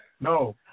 No